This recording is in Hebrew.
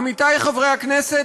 עמיתי חברי הכנסת,